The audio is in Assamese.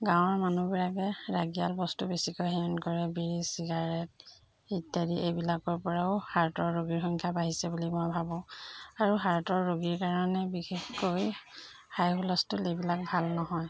গাঁৱৰ মানুহবিলাকে ৰাগিয়াল বস্তু বেছিকৈ সেৱন কৰে বিড়ি চিগাৰেট ইত্যাদি এইবিলাকৰপৰাও হাৰ্টৰ ৰোগীৰ সংখ্যা বাঢ়িছে বুলি মই ভাবোঁ আৰু হাৰ্টৰ ৰোগীৰ কাৰণে বিশেষ কৈ হাই হুলস্থুল এইবিলাক ভাল নহয়